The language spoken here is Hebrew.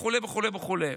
וכו' וכו'.